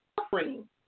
suffering